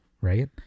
right